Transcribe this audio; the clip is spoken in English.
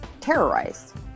terrorized